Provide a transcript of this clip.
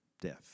death